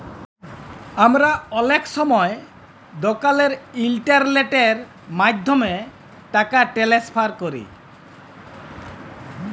আমরা অলেক সময় দকালের ইলটারলেটের মাধ্যমে টাকা টেনেসফার ক্যরি